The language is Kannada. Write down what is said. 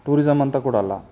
ಟೂರಿಸಂ ಅಂತ ಕೂಡ ಅಲ್ಲ